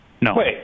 No